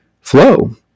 flow